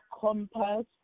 compass